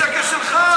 זה שקר שלך.